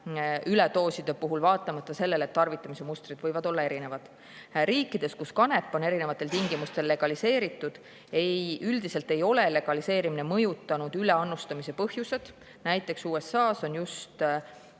üledooside puhul sarnane, vaatamata sellele, et tarvitamise mustrid võivad olla erinevad. Riikides, kus kanep on erinevatel tingimustel legaliseeritud, üldiselt ei ole legaliseerimine mõjutanud üleannustamise põhjuseid. Näiteks USA‑s on just